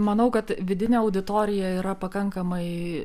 manau kad vidinė auditorija yra pakankamai